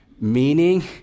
meaning